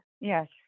Yes